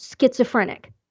schizophrenic